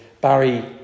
Barry